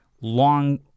long